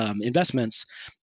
investments